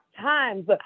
times